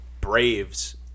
Braves